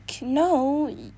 no